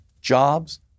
jobs